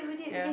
yeah